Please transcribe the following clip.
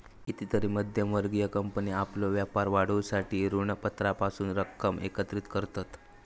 कितीतरी मध्यम वर्गीय कंपनी आपलो व्यापार वाढवूसाठी ऋणपत्रांपासून रक्कम एकत्रित करतत